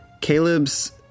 Caleb's